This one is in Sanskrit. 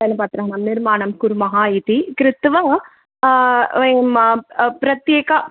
तलपत्रं निर्माणं कुर्मः इति कृत्वा वयं प्रत्येकं